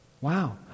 Wow